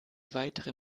weitere